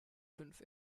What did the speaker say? fünf